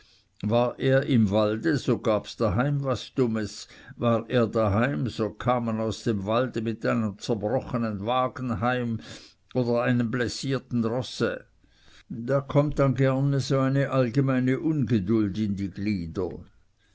war er im walde so gabs daheim was dummes war er daheim so kam man aus dem walde mit einem zerbrochenen wagen heim oder einem blessierten rosse da kommt dann gerne so eine allgemeine ungeduld in die glieder